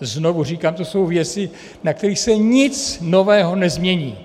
Znovu říkám, to jsou věci, na kterých se nic nového nezmění.